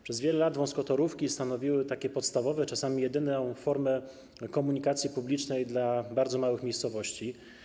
Przez wiele lat wąskotorówki stanowiły podstawową, czasami jedyną formę komunikacji publicznej dla bardzo małych miejscowości.